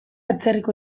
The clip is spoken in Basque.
atzerriko